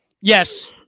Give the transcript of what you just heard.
Yes